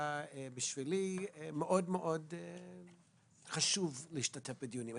בשבילי היה מאוד מאוד חשוב להשתתף בדיונים.